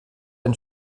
ein